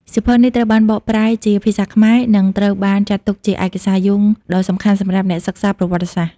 សៀវភៅនេះត្រូវបានបកប្រែជាភាសាខ្មែរ និងត្រូវបានគេចាត់ទុកជាឯកសារយោងដ៏សំខាន់សម្រាប់អ្នកសិក្សាប្រវត្តិសាស្ត្រ។